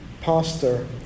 pastor